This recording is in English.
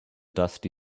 dusty